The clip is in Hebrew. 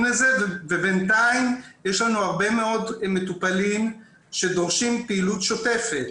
לזה ובינתיים יש לנו הרבה מאוד מטופלים שדורשים פעילות שוטפת.